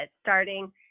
starting